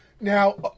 Now